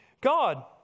God